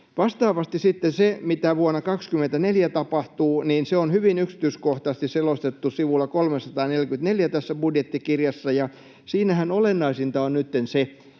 Vastaavasti sitten se, mitä vuonna 24 tapahtuu, on hyvin yksityiskohtaisesti selostettu sivulla 344 tässä budjettikirjassa. Ja siinähän olennaisinta on nytten